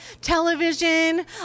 television